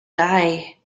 die